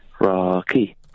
Rocky